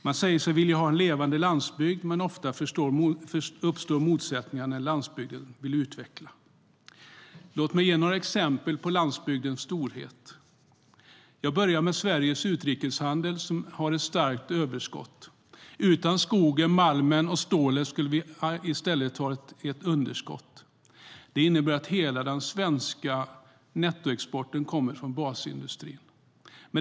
Man säger sig vilja ha en levande landsbygd, men ofta uppstår motsättningar när landsbygden vill utvecklas. Låt mig ge några exempel på landsbygdens storhet. Jag börjar med Sveriges utrikeshandel, som har ett starkt överskott. Utan skogen, malmen och stålet skulle vi i stället ha ett underskott. Det innebär att hela den svenska nettoexporten kommer från basindustrin.